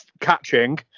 catching